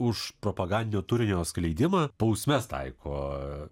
už propagandinio turinio skleidimą bausmes taiko